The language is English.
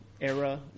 era